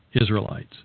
Israelites